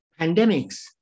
pandemics